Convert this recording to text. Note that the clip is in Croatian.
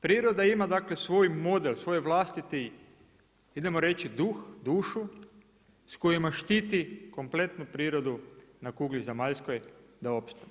Priroda ima dakle svoj, model, svoj vlastit idemo reći duh, dušu, s kojima štiti kompletu prirodu na kugli zemaljskoj da opstane.